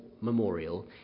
memorial